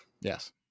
Yes